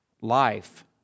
life